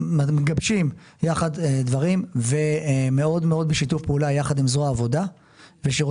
מגבשים יחד דברים ומאד מאד בשיתוף פעולה יחד עם זרוע העבודה ושירות